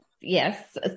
Yes